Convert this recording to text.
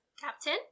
Captain